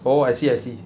oh I see I see